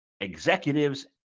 executives